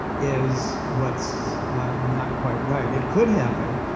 is what's not quite right. it could happen.